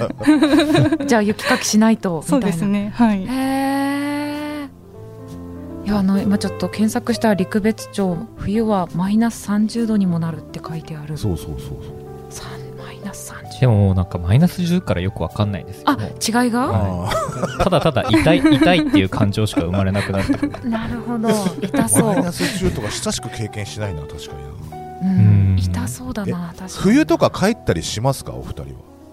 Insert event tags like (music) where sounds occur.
(laughs) じゃあ雪かきしないと、みたいな。そうですね。はい。へー。いや、あの、今ちょっと検索した陸別町、冬はマイナス30度にもなるって書いてある。そうそうそうそう。さん- マイナス30。でも、もうなんかマイナス10からよくわかんないですよ。あ、違いが？はい。あー。ただただ痛い、痛いっていう感情しか生まれなくなる。 (laughs) なるほど。痛そう。マイナス10とか久しく経験しないな、確かに。うん。痛そうだな、え、確かに。冬とか帰ったりしますか、お二人は？